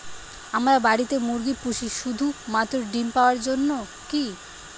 আমরা বাড়িতে মুরগি পুষি শুধু মাত্র ডিম পাওয়ার জন্যই কী?